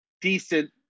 decent